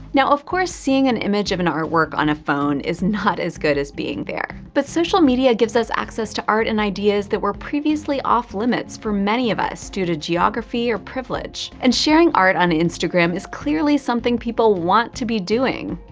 now of course seeing an image of an artwork on a phone is not as good as being there. but social media gives us access to art and ideas that were previously off limits for many of us due to geography or privilege. and sharing art on instagram is clearly something people want to be doing!